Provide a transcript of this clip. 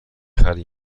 خری